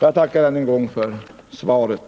Jag tackar än en gång för svaret.